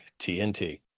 TNT